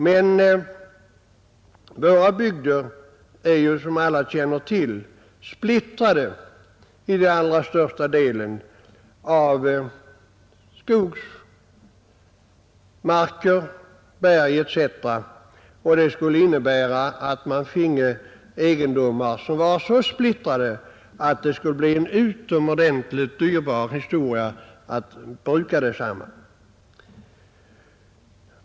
Men våra bygder är, som alla känner till, splittrade till allra största delen av skogsmark, berg etc., och resonemanget skulle innebära att man finge egendomar som var så splittrade att det skulle bli en utomordentligt dyrbar historia att bruka dem.